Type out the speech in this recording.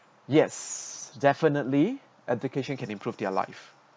yes definitely education can improve their life